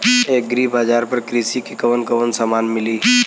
Agri बाजार पर कृषि के कवन कवन समान मिली?